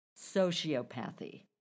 Sociopathy